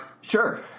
Sure